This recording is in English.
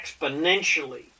exponentially